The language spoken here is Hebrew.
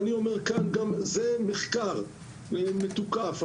זה מחקר מתוקף.